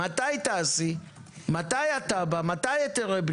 שאם המדינה החליטה באיזה שלב בחיים שהיא נותנת דבר שנקרא